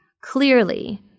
clearly